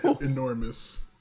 Enormous